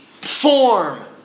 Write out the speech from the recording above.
Form